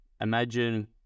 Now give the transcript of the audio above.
imagine